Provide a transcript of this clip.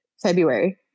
february